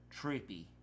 trippy